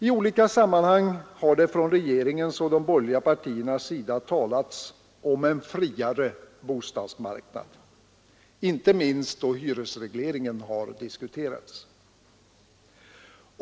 I olika sammanhang har det från regeringens och de borgerliga partiernas sida talats om en friare bostadsmarknad, inte minst då hyresregleringen har diskuterats.